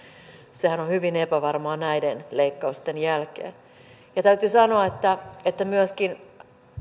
sehän on hyvin epävarmaa näiden leikkausten jälkeen täytyy sanoa että että myöskin